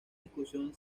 discusión